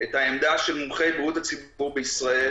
את העמדה של מומחי בריאות הציבור בישראל